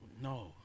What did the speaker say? No